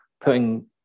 putting